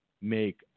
make